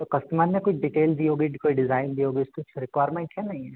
तो कस्टमर ने कुछ डिटेल दी होगी कोई डिज़ाइन दी होगी कुछ रिक्वायरमेंट है ना यह